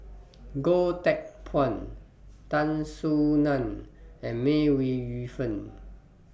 Goh Teck Phuan Tan Soo NAN and May Ooi Yu Fen